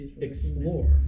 explore